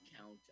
count